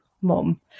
mom